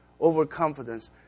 overconfidence